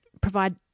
provide